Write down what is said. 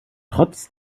trotz